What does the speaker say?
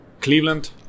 Cleveland